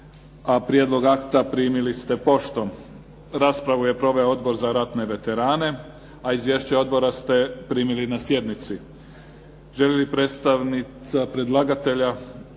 Prijedlog akta primili ste poštom. Raspravu je proveo Odbor za ratne veterane, a izvješća odbora ste primili na sjednici. Želi li predstavnica predlagatelja